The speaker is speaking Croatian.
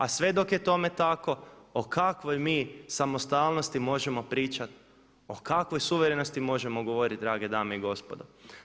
A sve dok je tome tako o kakvoj mi samostalnosti možemo pričati, o kakvoj suverenosti možemo govoriti drage dame i gospodo.